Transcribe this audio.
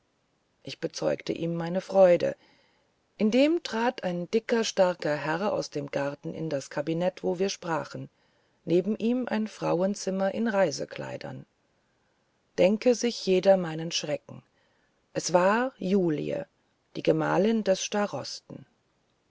ich bezeugte ihm meine freude indem trat ein dicker starker herr aus dem garten in das kabinett wo wir sprachen neben ihm ein frauenzimmer in reisekleidern denke sich jeder mein schrecken es war julie die gemahlin des